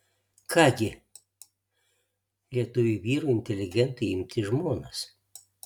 ką gi lietuviui vyrui inteligentui imti į žmonas